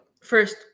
first